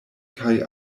kaj